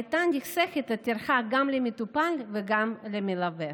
הייתה נחסכת הטרחה גם למטופל וגם למלווה.